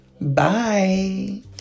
Bye